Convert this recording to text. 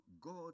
God